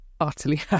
utterly